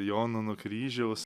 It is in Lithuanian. jonuno kryžiaus